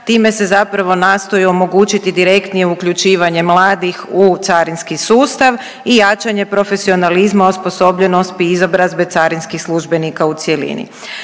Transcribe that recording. Time se zapravo nastoji omogućiti direktnije uključivanje mladih u carinski sustav i jačanje profesionalizma, osposobljenosti izobrazbe carinskih službenika u cjelini.